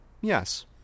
Yes